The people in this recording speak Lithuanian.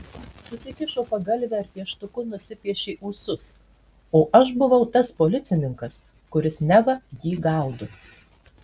susikišo pagalvę ir pieštuku nusipiešė ūsus o aš buvau tas policininkas kuris neva jį gaudo